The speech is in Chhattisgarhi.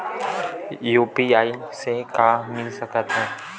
यू.पी.आई से का मिल सकत हे?